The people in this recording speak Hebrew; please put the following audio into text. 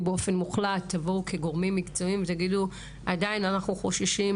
תבואו כגורם המקצועי ותגידו שעדיין אתם חוששים